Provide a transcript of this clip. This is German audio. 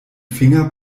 finger